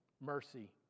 Mercy